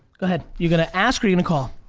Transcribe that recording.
go ahead. you gonna ask or you gonna call?